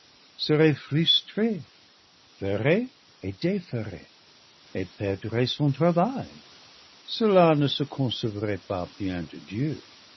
serait frustré ferait et déferait et perdrait son travail cela ne se concevrait pas bien de dieu